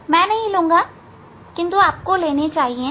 मैं नहीं लूंगा किंतु आपको लेने चाहिए